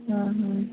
ହଁ ହଁ